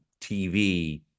TV